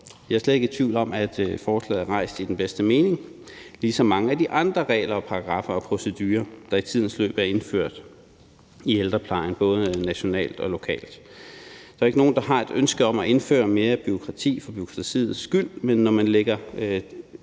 Jeg er slet ikke i tvivl om, at forslaget er fremsat i den bedste mening, ligesom det gælder mange af de andre regler, paragraffer og procedurer, der i tidens løb er indført i ældreplejen, både nationalt og lokalt. Der er ikke nogen, der har et ønske om at indføre mere bureaukrati for bureaukratiets skyld, men når man lægger